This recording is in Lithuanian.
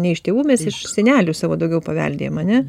ne iš tėvų mes iš senelių savo daugiau paveldėjam ane